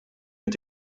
mit